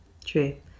true